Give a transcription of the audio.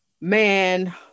man